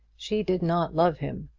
she did not love him.